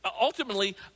Ultimately